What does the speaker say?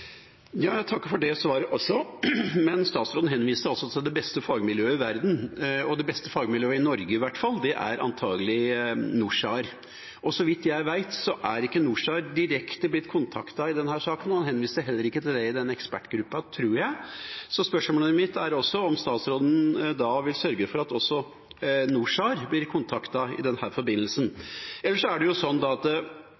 Jeg takker for det svaret også. Statsråden henviste til det beste fagmiljøet i verden. Det beste fagmiljøet i Norge, i hvert fall, er antagelig NORSAR. Så vidt jeg vet, er ikke NORSAR direkte blitt kontaktet i denne saken. En henviste heller ikke til det i den ekspertgruppen, tror jeg. Så spørsmålet mitt er også om statsråden vil sørge for at også NORSAR blir kontaktet i denne forbindelsen.